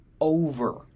over